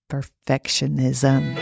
Perfectionism